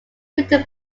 written